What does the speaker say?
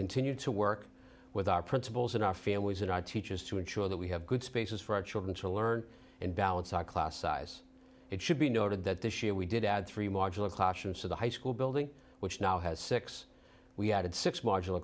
continue to work with our principals and our families and our teachers to ensure that we have good spaces for our children to learn and balance our class size it should be noted that this year we did add three marginal caution to the high school building which now has six we added six mar